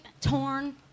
torn